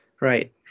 Right